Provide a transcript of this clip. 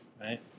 right